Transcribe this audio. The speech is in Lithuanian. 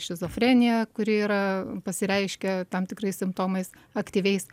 šizofrenija kuri yra pasireiškia tam tikrais simptomais aktyviais